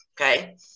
Okay